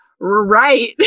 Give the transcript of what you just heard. right